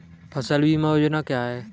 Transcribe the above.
फसल बीमा योजना क्या है?